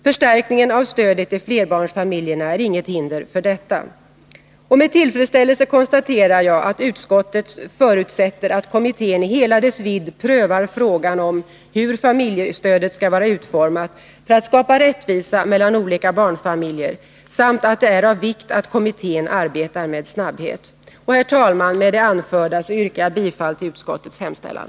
Förstärkningen av stödet till flerbarnsfamiljerna är inget hinder för detta. Med tillfredsställelse konstaterar jag att utskottet förutsätter att kommittén prövar frågan i hela dess vidd om hur familjestödet bör vara utformat för att skapa rättvisa mellan olika barnfamiljer samt att det är av vikt att kommittén arbetar med snabbhet. Herr talman! Med det anförda yrkar jag bifall till utskottets hemställan.